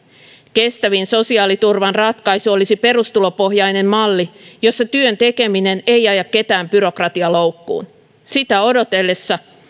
kestävin sosiaaliturvan ratkaisu olisi perustulopohjainen malli jossa työn tekeminen ei aja ketään byrokratialoukkuun sitä odotellessa